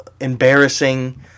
embarrassing